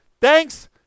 Thanks